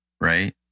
right